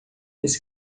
esse